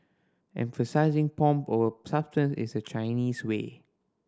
emphasising pomp over substance is the Chinese way